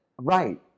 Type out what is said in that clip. Right